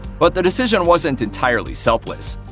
but the decision wasn't entirely selfless.